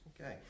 Okay